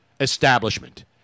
establishment